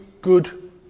good